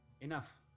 Enough